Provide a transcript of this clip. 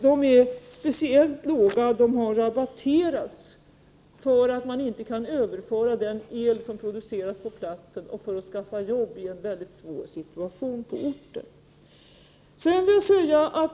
De priser det här gäller har rabatterats därför att man inte kan överföra den el som produceras på platsen, och därför att man vill skaffa jobb i en mycket svår situation på orten.